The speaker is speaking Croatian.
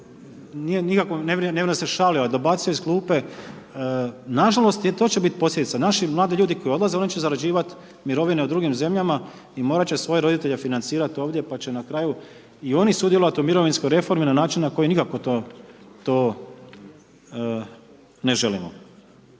ovako, ne vjerujem da se šalio, dobacio je iz klupe, nažalost to će biti posljedica, naši mladi ljudi koji odlaze, oni će zarađivat mirovine u drugim zemljama i morat će svoje roditelje financirat ovdje pa će na kraju i oni sudjelovat u mirovinskoj reformi na način na koji nikako to ne želimo.